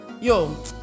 Yo